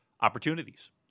opportunities